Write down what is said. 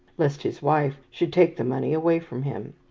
lest his wife should take the money away from him.